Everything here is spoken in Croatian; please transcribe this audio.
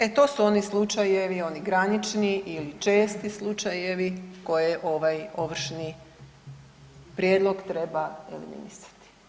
E to su oni slučajevi, oni granični ili česti slučajevi koje ovaj ovršni prijedlog treba eliminirati.